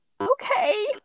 okay